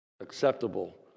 acceptable